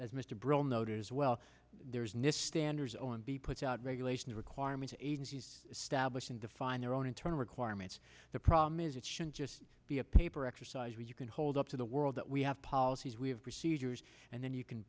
noted as well there's new standards o m b puts out regulations requirements agencies stablish in define their own internal requirements the problem is it should just be a paper exercise where you can hold up to the world that we have policies we have procedures and then you can